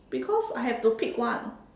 because I have to pick one